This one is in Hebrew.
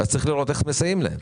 אז, צריך לראות איך מסייעים להם.